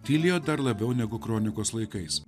tylėjo dar labiau negu kronikos laikais